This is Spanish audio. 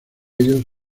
ellos